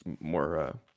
more